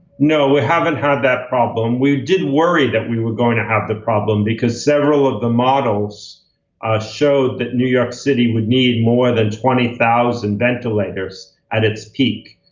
no. we haven't had that problem. we did worry that we were going to have the problem, because several of the models showed that new york city would need more than twenty thousand ventilators at its peak.